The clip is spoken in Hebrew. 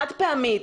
חד-פעמית,